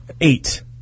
eight